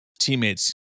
teammates